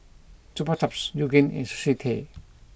Chupa Chups Yoogane and Sushi Tei